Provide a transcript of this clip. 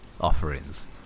offerings